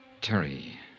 Terry